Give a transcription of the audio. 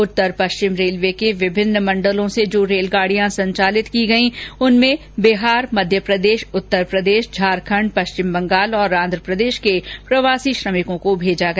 उत्तर पश्चिम रेलवे के विभिन्न मंडलों से जो रेलगाडियां संचालित की गई उनमें बिहार मध्यप्रदेश उत्तरप्रदेश झारखंड पश्चिम बंगाल और आंध्रप्रदेश के प्रवासी श्रमिकों को भेजा गया